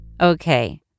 Okay